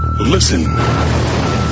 Listen